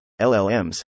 LLMs